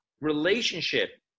relationship